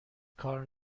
کار